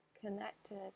connected